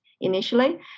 initially